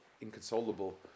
inconsolable